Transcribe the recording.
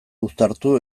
uztartu